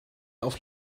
auf